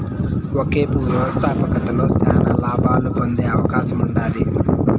ఒకేపు వ్యవస్థాపకతలో శానా లాబాలు పొందే అవకాశముండాది